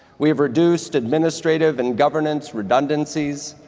we reduced administrative and governance redundancyies,